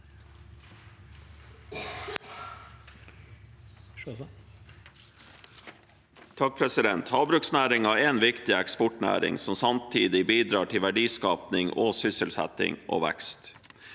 (A) Havbruksnæringen er en viktig eksportnæring som samtidig bidrar til verdiskaping, sysselsetting og vekst.